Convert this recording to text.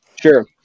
Sure